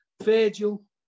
Virgil